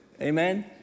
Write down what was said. amen